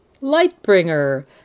Lightbringer